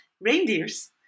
reindeers